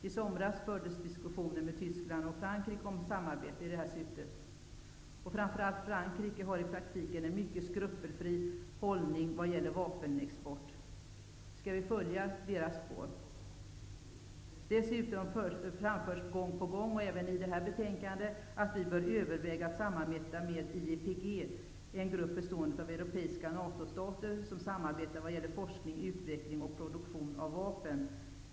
I somras fördes diskussioner med Tyskland och Frankrike om samarbete i detta syfte. Framför allt Frankrike har i praktiken en mycket skrupelfri hållning när det gäller vapenexport. Skall vi följa Frankrikes spår? Dessutom framförs gång på gång, även i detta betänkande, att vi bör överväga att samarbeta med stater som samarbetar när det gäller forskning, utveckling och produktion av vapen.